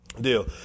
deal